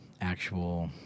actual